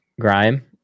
Grime